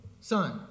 son